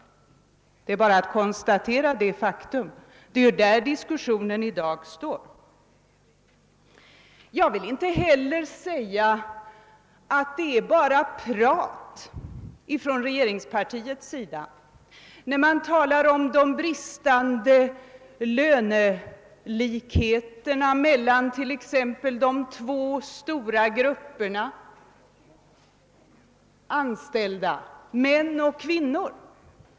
Det är bara att konstatera detta faktum. Jag vill inte heller säga att det bara är prat från regeringspartiets sida när man talar om den bristande lönelikheten mellan t.ex. de två stora grupperna anställda — män och kvinnor.